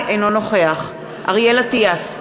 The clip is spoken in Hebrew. אינו נוכח אריאל אטיאס,